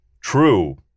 True